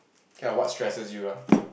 okay lah what stresses you lah